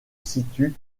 situe